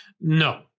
No